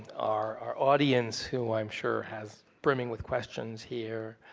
our our audience whom i'm sure has, burning with questions here.